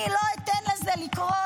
אני לא אתן לזה לקרות.